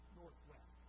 northwest